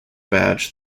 badge